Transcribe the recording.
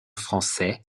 français